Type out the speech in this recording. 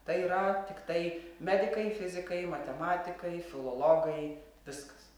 tai yra tiktai medikai fizikai matematikai filologai viskas